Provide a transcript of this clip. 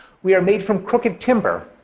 we are made from crooked timber,